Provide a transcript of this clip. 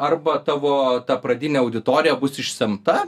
arba tavo ta pradinė auditorija bus išsemta